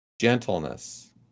gentleness